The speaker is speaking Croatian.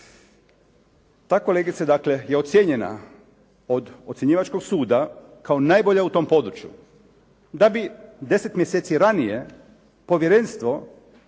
Ta kolegica dakle je ocijenjena od ocjenjivačkog suda kao najbolja u tom području da bi 10 mjeseci ranije povjerenstvo